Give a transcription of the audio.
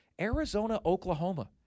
Arizona-Oklahoma